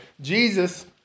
Jesus